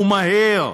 ומהר.